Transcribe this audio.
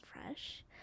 fresh